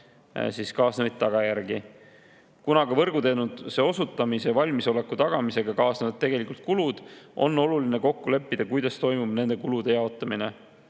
kaasnevaid tagajärgi. Kuna aga võrguteenuse osutamise valmisoleku tagamisega kaasnevad tegelikud kulud, on oluline kokku leppida, kuidas toimub nende kulude jaotamine.